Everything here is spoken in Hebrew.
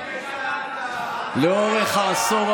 אני אומר לכם, כפי שאמרתי,